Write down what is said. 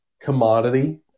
commodity